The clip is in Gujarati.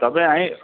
તમે અહીં